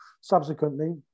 subsequently